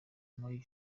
mao